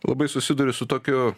labai susiduriu su tokiu